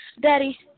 Daddy